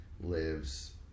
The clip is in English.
lives